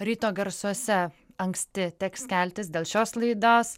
ryto garsuose anksti teks keltis dėl šios laidos